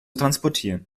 transportieren